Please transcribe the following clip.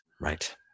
Right